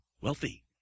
wealthy